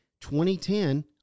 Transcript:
2010